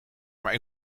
maar